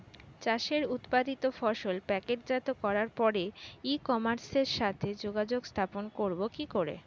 চাষের উৎপাদিত ফসল প্যাকেটজাত করার পরে ই কমার্সের সাথে যোগাযোগ স্থাপন করব কি করে?